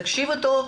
תקשיבו היטב,